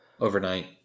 overnight